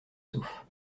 sauf